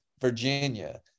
Virginia